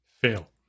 fail